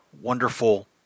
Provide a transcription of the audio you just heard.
wonderful